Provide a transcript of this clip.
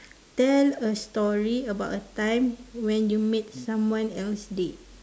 tell a story about a time when you made someone else day